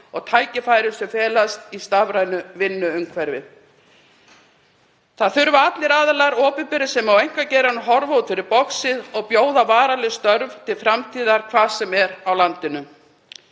og tækifærunum sem felast í stafrænu vinnuumhverfi. Það þurfa allir aðilar, opinberir sem og í einkageiranum, að horfa út fyrir boxið og bjóða varanleg störf til framtíðar hvar sem er á landinu.